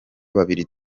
babiri